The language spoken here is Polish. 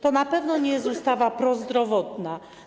To na pewno nie jest ustawa prozdrowotna.